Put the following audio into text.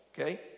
Okay